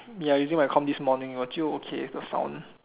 ya using my com this morning but still okay the sounds